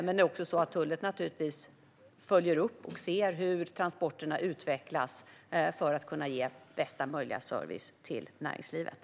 Tullverket följer naturligtvis upp och ser hur transporterna utvecklas för att kunna ge bästa möjliga service till näringslivet.